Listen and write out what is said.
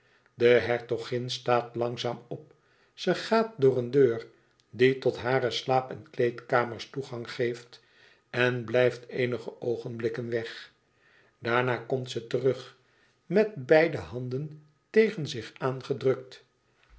de hertogin staat langzaam op ze gaat door een deur die tot hare slaap en kleedkamers toegang geeft en blijft eenige oogenblikken weg daarna komt ze terug met beide handen tegen zich aangedrukt